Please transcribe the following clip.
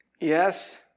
Yes